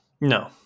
No